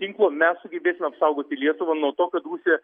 tinklo mes sugebėsim apsaugoti lietuvą nuo to kad rusija